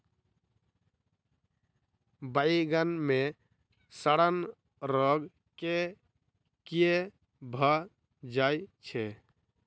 बइगन मे सड़न रोग केँ कीए भऽ जाय छै?